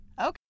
Okay